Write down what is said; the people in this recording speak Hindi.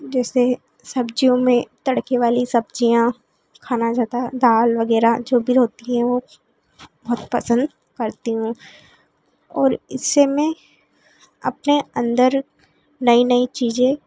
जैसे सब्ज़ियों में तड़के वाली सब्ज़ियाँ खाया जाता है दाल वग़ैरह जो भी रहती है वह बहुत पसंद करती हूँ और इससे मैं अपने अंदर नई नई चीज़ें